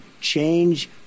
change